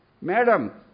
Madam